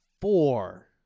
Four